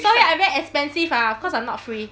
sorry I very expensive ah cause I'm not free